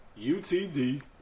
UTD